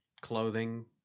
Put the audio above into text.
clothing